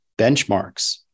benchmarks